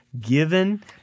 given